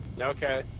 Okay